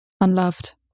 Unloved